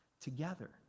together